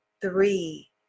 three